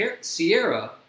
Sierra